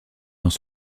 dans